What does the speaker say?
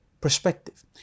perspective